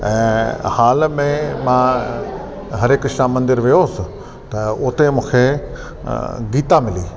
ऐं हाल में मां हरे कृष्णा मंदरु वियोसि त उते मूंखे गीता मिली